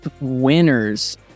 winners